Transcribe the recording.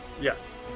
Yes